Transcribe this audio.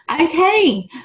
Okay